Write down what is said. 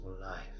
life